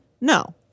No